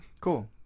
cool